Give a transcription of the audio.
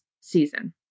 season